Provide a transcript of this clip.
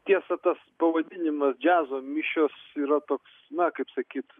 tiesa tas pavadinimas džiazo mišios yra toks na kaip sakyt